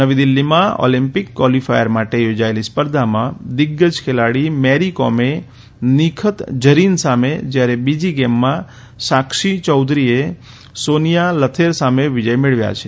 નવી દિલ્હીમાં Olympic qualifier માટે યોજાયેલી સ્પર્ધામાં દિઝ્ગજ ખેલાડી મેરી કોમે નીખત ઝરીન સામે જ્યારે બીજી ગેમમાં સાક્ષી યૌધરીએ સોનીયા લથેર સામે વિજય મેળવ્યા છે